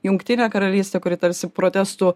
jungtinę karalystę kuri tarsi protestų